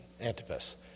Antipas